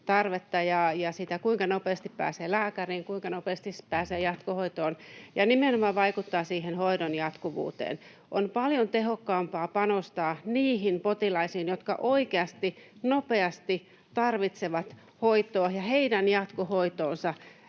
tarvetta ja sitä, kuinka nopeasti pääsee lääkäriin, kuinka nopeasti pääsee jatkohoitoon, ja nimenomaan vaikuttaa siihen hoidon jatkuvuuteen. On paljon tehokkaampaa panostaa niihin potilaisiin, jotka oikeasti, nopeasti tarvitsevat hoitoa, ja heidän jatkohoitoonsa.